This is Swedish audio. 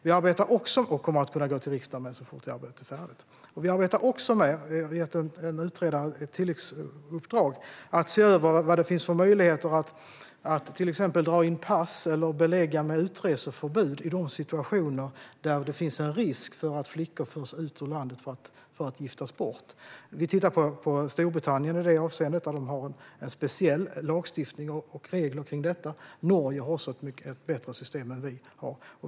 Vi arbetar också, och kommer att gå till riksdagen så fort vi är färdiga, med ett tilläggsuppdrag till en utredare för att se över vilka möjligheter som finns för att till exempel dra in pass eller belägga med utreseförbud i de situationer där det finns en risk för att flickor förs ut ur landet för att giftas bort. Vi tittar på Storbritannien i det avseendet, där det finns en speciell lagstiftning och speciella regler. Norge har också ett bättre system än vi har.